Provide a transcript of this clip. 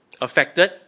affected